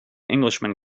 englishman